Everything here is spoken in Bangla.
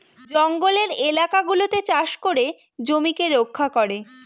জঙ্গলের এলাকা গুলাতে চাষ করে জমিকে রক্ষা করে